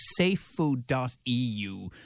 safefood.eu